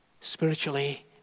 spiritually